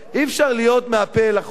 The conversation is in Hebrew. אי-אפשר לדבר מן השפה ולחוץ.